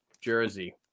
Jersey